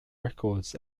records